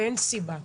ואין סיבה.